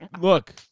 Look